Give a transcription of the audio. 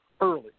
early